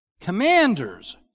commanders